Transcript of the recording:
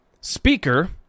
Speaker